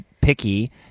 picky